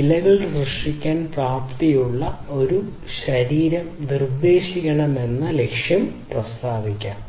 ഇലകൾ സൃഷ്ടിക്കാൻ പ്രാപ്തിയുള്ള ഒരു ശരീരം നിർദ്ദേശിക്കണമെന്ന് ലക്ഷ്യം പ്രസ്താവിക്കാം